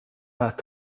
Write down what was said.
għat